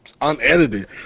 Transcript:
unedited